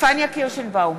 פניה קירשנבאום,